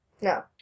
No